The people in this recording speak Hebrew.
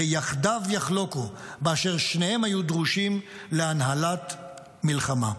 "יחדָו יחלֹקו" באשר שניהם היו דרושים להנהלת מלחמה.